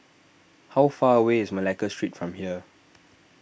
how far away is Malacca Street from here